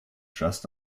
just